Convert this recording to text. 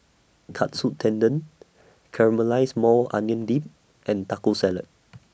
Katsu Tendon Caramelized Maui Onion Dip and Taco Salad